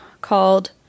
called